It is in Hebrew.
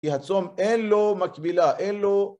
כי הצום אין לו מקבילה, אין לו...